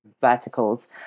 verticals